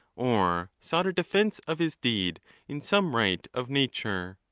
or sought a defence of his deed in some right of nature.